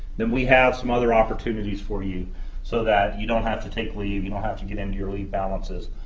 then we have some other opportunities for you so that you don't have to take leave, you don't have to get into your leave balances.